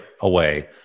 away